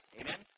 Amen